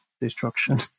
destruction